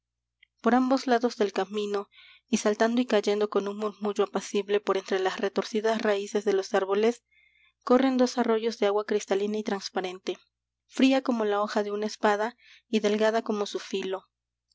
por ambos lados del camino y saltando y cayendo con un murmullo apacible por entre las retorcidas raíces de los árboles corren dos arroyos de agua cristalina y transparente fría como la hoja de una espada y delgada como su filo